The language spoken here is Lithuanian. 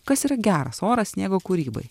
kas yra geras oras sniego kūrybai